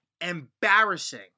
embarrassing